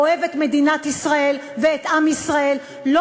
אוהב את מדינת ישראל ואת עם ישראל לא